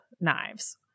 knives